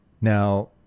now